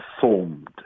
formed